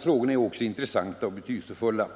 Frågorna är också intressanta och betydelsefulla.